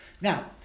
Now